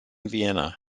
vienna